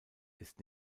ist